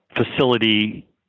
facility